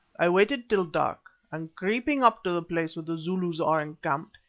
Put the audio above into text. i waited till dark, and creeping up to the place where the zulus are encamped,